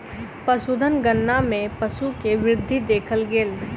पशुधन गणना मे पशु के वृद्धि देखल गेल